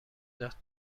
داد